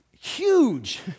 huge